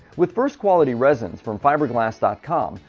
with first quality resin from fibre glast dot com,